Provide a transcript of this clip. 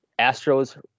Astros